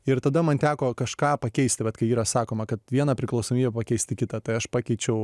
ir tada man teko kažką pakeisti vat kai yra sakoma kad vieną priklausomybę pakeisti kita tai aš pakeičiau